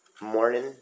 morning